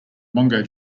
bongo